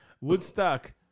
Woodstock